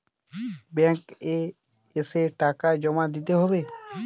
Bank এ এসে টাকা জমা দিতে হবে?